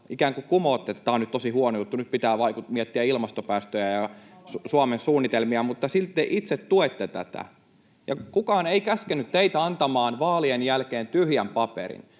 ikään kuin kumoatte, että tämä on nyt tosi huono juttu, nyt pitää miettiä ilmastopäästöjä ja Suomen suunnitelmia, ja silti itse tuette tätä. Kukaan ei käskenyt teitä antamaan vaalien jälkeen tyhjää paperia.